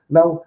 Now